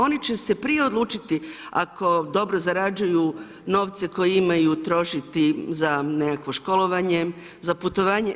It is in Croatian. Oni će se prije odlučiti ako dobro zarađuju novce koje imaju trošiti za nekakvo školovanje, za putovanje.